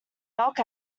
milk